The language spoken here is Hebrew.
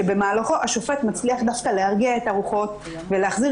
שבמהלכו השופט מצליח להרגיע את הרוחות ולהחזיר